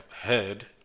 heard